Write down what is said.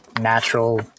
natural